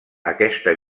aquesta